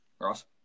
Ross